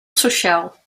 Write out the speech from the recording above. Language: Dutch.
sociaal